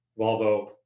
Volvo